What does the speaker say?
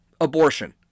abortion